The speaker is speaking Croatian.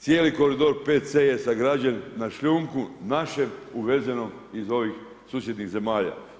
Cijeli koridor 5c je sagrađen na šljunku, našem, uvezenom iz ovih susjednih zemalja.